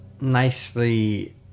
nicely